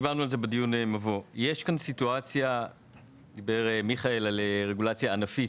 דיברנו על זה בדיון המבוא: מיכאל דיבר על רגולציה ענפית.